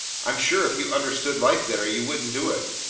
i'm sure if you understood life better, you wouldn't do it.